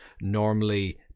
normally